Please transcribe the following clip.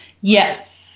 Yes